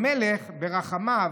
המלך, ברחמיו,